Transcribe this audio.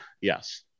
Yes